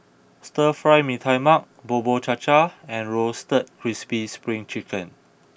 Stir Fry Mee Tai Mak Bubur Cha Cha and Roasted Crispy Spring Chicken